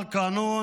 החוק הזה,